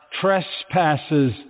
trespasses